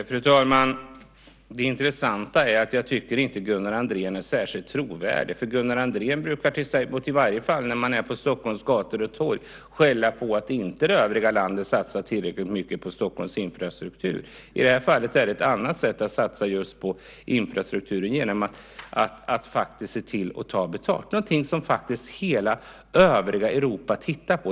Fru talman! Jag tycker inte att Gunnar Andrén är särskilt trovärdig för han brukar, i varje fall på Stockholms gator och torg, skälla på att det övriga landet inte satsar tillräckligt mycket på Stockholms infrastruktur. Det här är ett annat sätt att satsa på just infrastrukturen, nämligen genom att ta betalt. Det är något som hela det övriga Europa tittar på.